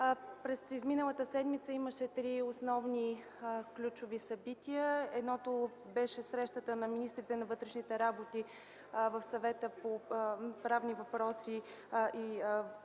През изминалата седмица имаше три основни, ключови събития: едното беше срещата на министрите на вътрешните работи в Съвета по правосъдие и вътрешни